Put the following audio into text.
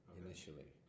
initially